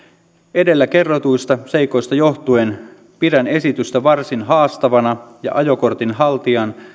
edellä kerrotuista seikoista johtuen pidän esitystä varsin haastavana ja ajokortin haltijan